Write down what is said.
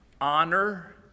honor